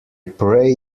pray